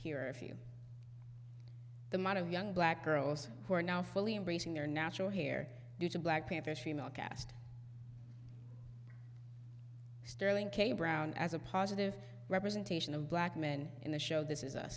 here a few the modern young black girls who are now fully embracing their natural hair do to black paint this female cast sterling brown as a positive representation of black men in the show this is